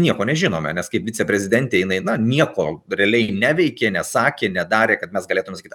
nieko nežinome nes kaip viceprezidentė jinai na nieko realiai neveikė nesakė nedarė kad mes galėtume sakyt